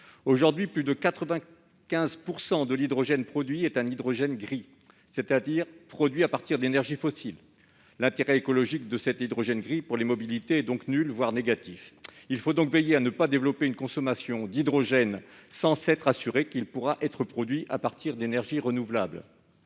Aujourd'hui, plus de 95 % de l'hydrogène produit est un hydrogène gris, c'est-à-dire produit à partir d'énergies fossiles. L'intérêt écologique de cet hydrogène pour les mobilités est donc nul, pour ne pas dire négatif. Il ne faut donc pas développer la consommation d'hydrogène sans nous être au préalable assurés qu'il pourra être produit à partir d'énergies renouvelables.